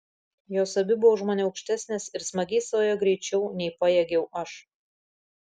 jos abi buvo už mane aukštesnės ir smagiai sau ėjo greičiau nei pajėgiau aš